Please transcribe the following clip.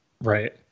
Right